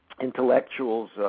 intellectuals